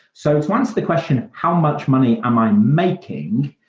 so it wants the question how much money am i making?